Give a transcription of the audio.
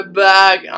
back